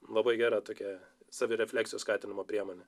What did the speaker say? labai gera tokia savirefleksijos skatinimo priemonė